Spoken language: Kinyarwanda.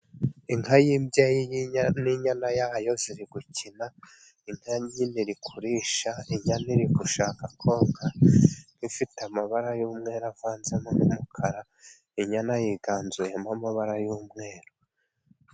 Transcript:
Inka y'imbyeyi n'inyana yayo ziri gukina, inka nini iri kurisha, inyana iri gushaka konka ifite amabara y'umweru avanzemo n'umukara, inyana yiganjemo amabara y'umweru.